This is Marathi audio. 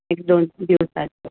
एक दोन दिवसांचं